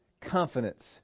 confidence